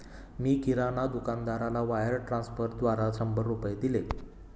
मी किराणा दुकानदाराला वायर ट्रान्स्फरद्वारा शंभर रुपये दिले